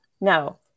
No